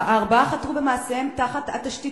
"הארבעה חתרו במעשיהם תחת התשתית